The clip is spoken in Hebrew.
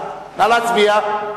להצביע.